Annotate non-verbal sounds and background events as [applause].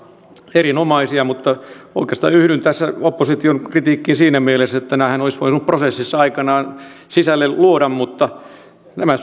erinomaisia oikeastaan yhdyn tässä opposition kritiikkiin siinä mielessä että nämähän olisi voinut prosessissa aikanaan sisälle luoda mutta nämä [unintelligible]